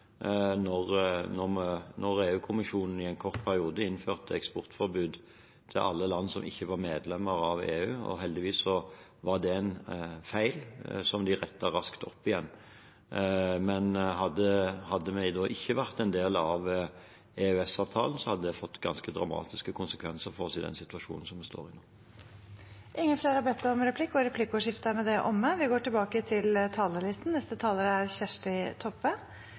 i en kort periode innførte eksportforbud til alle land som ikke var medlem av EU. Heldigvis var det en feil som de raskt rettet opp. Men hadde vi ikke vært en del av EØS-avtalen, hadde det fått ganske dramatiske konsekvenser for oss i den situasjonen vi står i nå. Replikkordskiftet er dermed omme. De talere som heretter får ordet, har